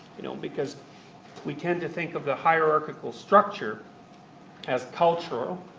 you know because we tend to think of the hierarchical structure as cultural,